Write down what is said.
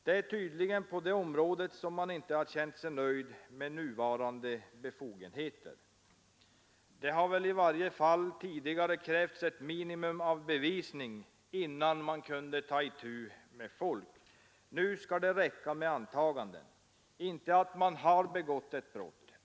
Det är tydligen på det området som man inte har känt sig nöjd med nuvarande befogenheter. Det har väl i varje fall tidigare krävts ett minimum av bevisning innan man kunde ta itu med folk. Nu skall det räcka med antaganden.